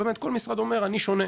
כל משרד אומר שהוא שונה,